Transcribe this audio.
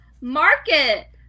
market